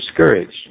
discouraged